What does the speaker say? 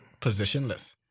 positionless